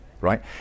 right